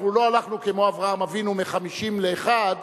אנחנו לא הלכנו כמו אברהם אבינו מ-50 לאחד,